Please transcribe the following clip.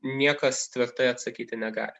niekas tvirtai atsakyti negali